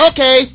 Okay